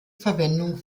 verwendung